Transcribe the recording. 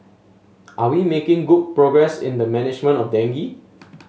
are we making good progress in the management of dengue